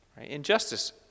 Injustice